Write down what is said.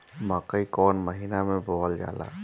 मकई कौन महीना मे बोअल जाला?